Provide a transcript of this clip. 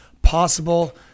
possible